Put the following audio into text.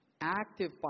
Active